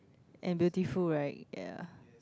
and beautiful right ya